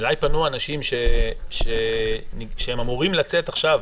אליי פנו אנשים שאמורים לצאת עכשיו,